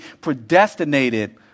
predestinated